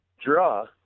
draw